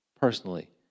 personally